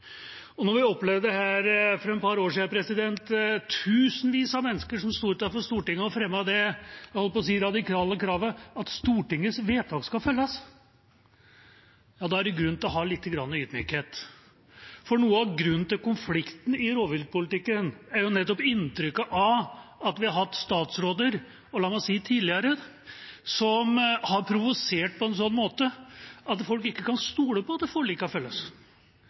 Når vi opplevde her for et par år siden at tusenvis av mennesker sto utenfor Stortinget og fremmet det – jeg holdt på å si – radikale kravet at Stortingets vedtak skal følges, er det grunn til å ha lite grann ydmykhet. Noe av grunnen til konflikten i rovviltpolitikken er jo nettopp inntrykket av at vi har hatt statsråder tidligere som har provosert på en slik måte at folk ikke kunne stole på at forlikene følges.